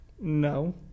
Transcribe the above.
No